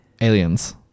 Aliens